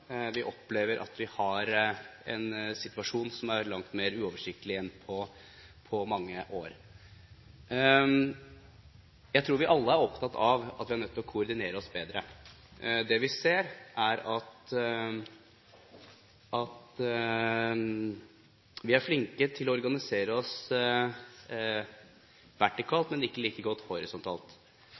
Vi opplever at vi har en situasjon som er langt mer uoversiktlig enn på mange år. Jeg tror vi alle er opptatt av at vi er nødt til å koordinere oss bedre. Det vi ser, er at vi er flinke til å organisere oss vertikalt, men ikke like gode horisontalt.